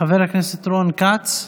חבר הכנסת רון כץ,